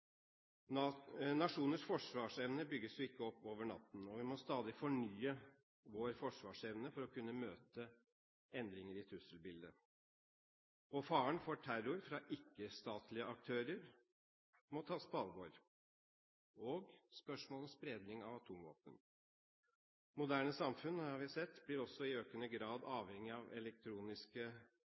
NATO. Nasjoners forsvarsevne bygges ikke opp over natten. Vi må stadig fornye vår forsvarsevne for å kunne møte endringer i trusselbildet. Faren for terror fra ikke-statlige aktører må tas på alvor, også spørsmålet om spredning av atomvåpen. Vi har sett at moderne samfunn i økende grad blir avhengige av